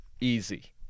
Easy